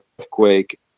earthquake